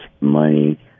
money